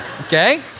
okay